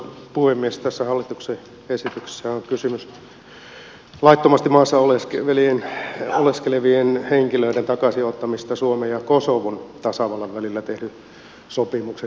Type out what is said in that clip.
tässä hallituksen esityksessä on kysymys laittomasti maassa oleskelevien henkilöiden takaisinottamisesta suomen ja kosovon tasavallan välillä tehdyn sopimuksen hyväksymisestä